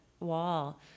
wall